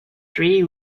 three